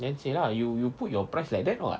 then say lah you put your price like that [what]